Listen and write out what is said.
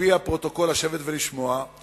על-פי הפרוטוקול לשבת ולשמוע,